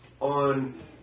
on